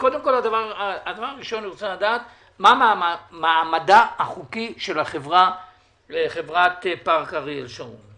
הדבר הראשון שאני רוצה לדעת זה מה מעמדה החוקי של חברת פארק אריאל שרון?